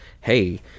hey